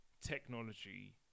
Technology